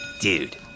Dude